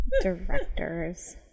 Directors